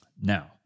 Now